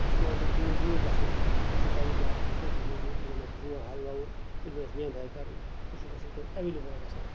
اَسہِ چھُ پیٚوان تیٚلہِ دوٗر دوٗر گژھُن یُس یہِ تَجربہٕ دار کٲشُر موٚزوٗر یُس اَسہِ بیول ہایہِ ووُن یُس زن اَسہِ نیٚندٕ ہاوِ کَرُن سُہ چھُنہٕ اَسہِ وٕنکیٚس ایٚولیبٕل گژھان